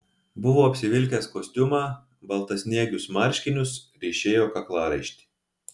buvo apsivilkęs kostiumą baltasniegius marškinius ryšėjo kaklaraištį